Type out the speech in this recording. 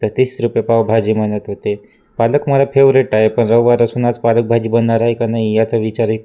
तर तीस रुपये पाव भाजी म्हणत होते पालक मला फेवरेट आहे पण रविवार असून आज पालक भाजी बनणार आहे का नाही याचा विचारही